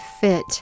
fit